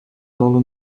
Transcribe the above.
tolo